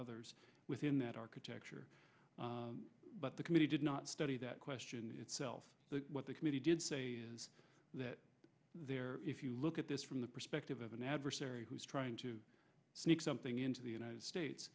others within that architecture but the committee did not study that question itself what the committee did say is that if you look at this from the perspective of an adversary who is trying to sneak something into the united states